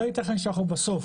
לא ייתכן שאנחנו בסוף